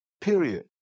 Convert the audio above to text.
period